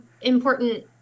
important